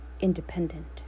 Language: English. independent